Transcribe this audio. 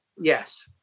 Yes